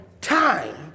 time